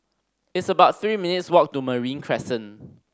it's about three minutes' walk to Marine Crescent